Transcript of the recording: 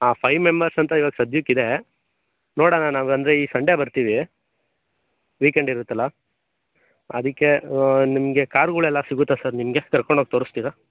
ಹಾಂ five members ಅಂತ ಇವಾಗ ಸದ್ಯಕ್ಕೆ ಇದೆ ನೋಡೋಣ ನಾವು ಅಂದರೆ ಈ ಸಂಡೇ ಬರ್ತೀವಿ ವೀಕೆಂಡ್ ಇರುತ್ತಲ್ಲ ಅದಕ್ಕೆ ನಿಮಗೆ ಕಾರುಗಳೆಲ್ಲ ಸಿಗುತ್ತ ಸರ್ ನಿಮಗೆ ಕರ್ಕೊಂಡೋಗಿ ತೋರಿಸ್ತೀರ